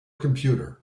computer